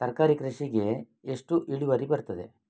ತರಕಾರಿ ಕೃಷಿಗೆ ಎಷ್ಟು ಇಳುವರಿ ಬರುತ್ತದೆ?